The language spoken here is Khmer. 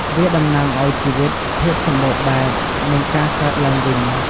វាតំណាងឱ្យជីវិត ភាពសម្បូរបែប និងការកើតឡើងវិញ។